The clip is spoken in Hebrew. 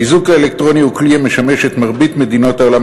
האיזוק האלקטרוני הוא כלי המשמש את מרבית מדינות העולם